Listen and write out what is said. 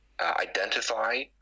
identify